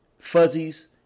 fuzzies